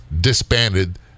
disbanded